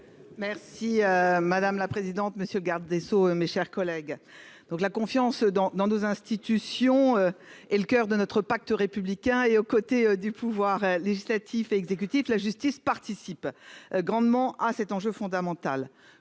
Si madame la présidente, monsieur le garde des sceaux, mes chers collègues, donc la confiance dans dans nos institutions et le coeur de notre pacte républicain et aux côtés du pouvoir législatif et exécutif la justice participe grandement à cet enjeu fondamental,